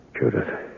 Judith